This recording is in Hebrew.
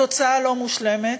התוצאה לא מושלמת.